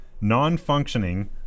non-functioning